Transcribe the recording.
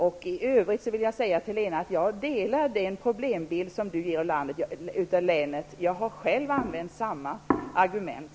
I övrigt vill jag säga till Lena Öhrsvik att jag ställer mig bakom den problembild som hon tecknar av länet. Jag har själv använt samma argument.